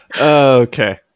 okay